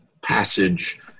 passage